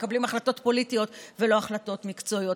ומקבלים החלטות פוליטיות ולא החלטות מקצועיות.